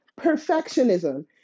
perfectionism